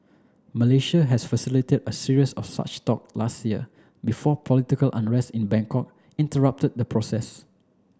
Malaysia has facilitate a series of such talk last year before political unrest in Bangkok interrupted the process